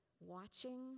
watching